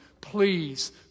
Please